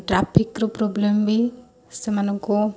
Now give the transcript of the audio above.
ଟ୍ରାଫିକ୍ର problem ବି ସେମାନଙ୍କୁ